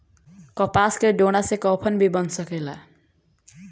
कपास के डोरा से कफन भी बन सकेला